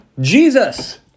Jesus